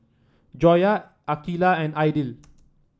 Joyah Aqeelah and Aidil